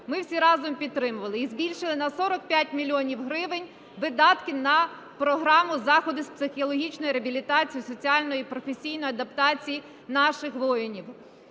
ми всі разом підтримали і збільшили на 45 мільйонів гривень видатки на програму "Заходи із психологічної реабілітації, соціальної та професійної адаптації…" наших воїнів.